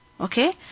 okay